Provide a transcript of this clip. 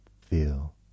feel